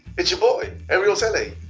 it's your boy aerial telly!